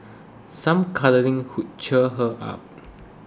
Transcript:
some cuddling could cheer her up